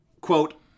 quote